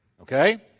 Okay